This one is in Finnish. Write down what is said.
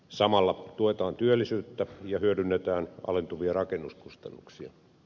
samalla tuetaan työllisyyttä ja hyödynnetään alentuvia rakennuskustannuksia